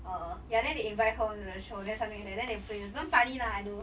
uh ya then they invite her onto the show then something like that then they play it's damn funny lah I know